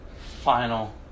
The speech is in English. final